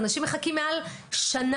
אנשים מחכים מעל שנה.